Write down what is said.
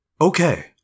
Okay